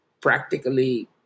practically